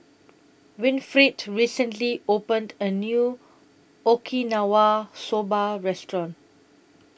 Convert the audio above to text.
Winifred recently opened A New Okinawa Soba Restaurant